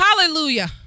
Hallelujah